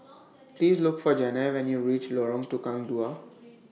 Please Look For Janay when YOU REACH Lorong Tukang Dua